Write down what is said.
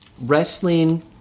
wrestling